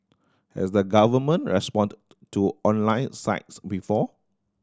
has the government responded to online sites before